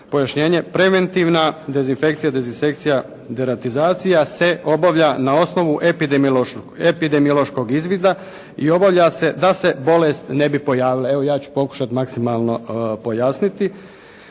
preventivna dezinfekcija, dezinsekcija, deratizacija se obavlja na osnovu epidemiološkog izvida i obavlja se da se bolest ne bi pojavila. Evo ja ću pokušati maksimalno pojasniti.